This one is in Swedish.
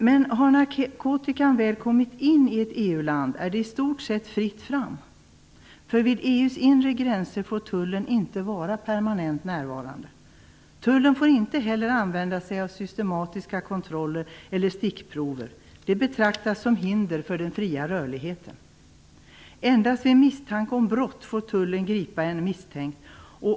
Men har narkotikan väl kommit in i ett EU-land är det i stort sett fritt fram. Vid EU:s inre gränser får tullen nämligen inte vara permanent närvarande. Tullen får inte heller använda systematiska kontroller eller stickprover. Sådana betraktas som hinder för den fria rörligenheten. Endast vid misstanke om brott får tullen gripa en misstänkt.